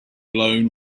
alone